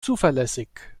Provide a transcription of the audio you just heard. zuverlässig